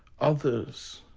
others.